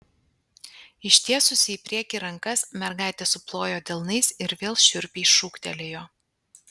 ištiesusi į priekį rankas mergaitė suplojo delnais ir vėl šiurpiai šūktelėjo